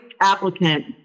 applicant